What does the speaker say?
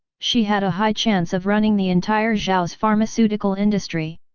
she had a high chance of running the entire zhao's pharmaceutical industry.